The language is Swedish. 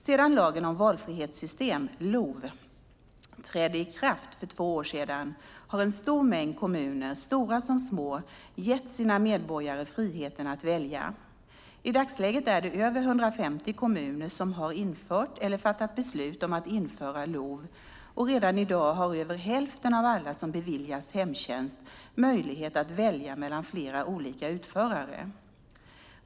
Sedan lagen om valfrihetssystem, LOV, trädde i kraft för två år sedan har en stor mängd kommuner, stora som små, gett sina medborgare friheten att välja. I dagsläget är det över 150 kommuner som infört eller fattat beslut om att införa LOV, och redan i dag har över hälften av alla som beviljas hemtjänst möjlighet att välja mellan flera olika utförare.